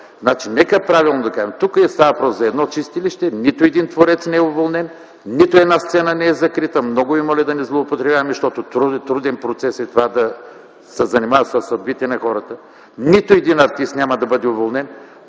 говорим. Нека правилно да кажем – тук не става въпрос за едно чистилище, нито един творец не е уволнен, нито една сцена не е закрита. Много ви моля да не злоупотребяваме, защото е труден процес да се занимаваш със съдбите на хората. Нито един артист няма да бъде уволнен,